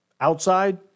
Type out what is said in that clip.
Outside